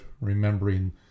remembering